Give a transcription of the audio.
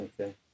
Okay